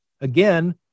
Again